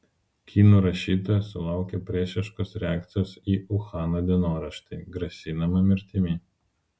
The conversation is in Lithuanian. kinų rašytoja sulaukė priešiškos reakcijos į uhano dienoraštį grasinama mirtimi